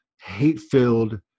hate-filled